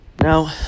Now